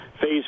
phase